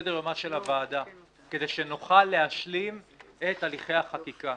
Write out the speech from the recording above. בסדר יומה של הוועדה כדי שנוכל להשלים את הליכי החקיקה.